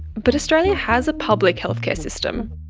but australia has a public healthcare system.